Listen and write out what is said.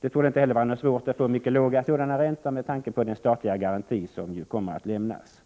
Det torde inte heller vara svårt att få mycket låga sådana räntor med tanke på den statliga garanti som ju kommer att lämnas.